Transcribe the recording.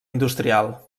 industrial